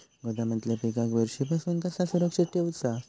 गोदामातल्या पिकाक बुरशी पासून कसा सुरक्षित ठेऊचा?